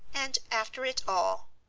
and after it all,